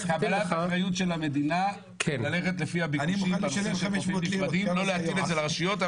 קבלת אחריות של המדינה ללכת לפי הביקוש ולא להטיל את זה על הרשויות.